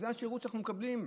זה השירות שאנחנו מקבלים,